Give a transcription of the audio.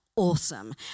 Awesome